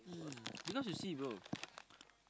mm because you see bro